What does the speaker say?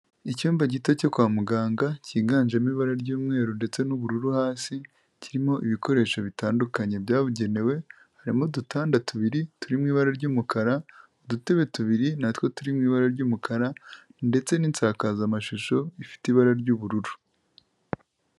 Icyumba gito cyo kwa muganga, cyiganjemo ibara ry'umweru ndetse n'ubururu hasi, kirimo ibikoresho bitandukanye byabugenewe, harimo udutanda tubiri turi mu ibara ry'umukara, udutebe tubiri na two turi mu ibara ry'umukara, ndetse n'isakazamashusho ifite ibara ry'ubururu.